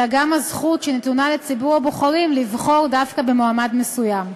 אלא גם הזכות שנתונה לציבור הבוחרים לבחור דווקא במועמד מסוים.